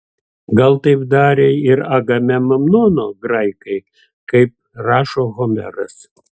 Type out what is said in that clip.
gal taip darė ir agamemnono graikai kaip rašo homeras